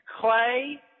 Clay